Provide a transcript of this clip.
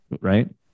right